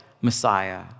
Messiah